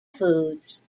foods